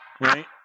Right